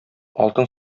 алтын